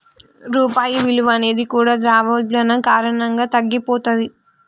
రూపాయి విలువ అనేది కూడా ద్రవ్యోల్బణం కారణంగా తగ్గిపోతది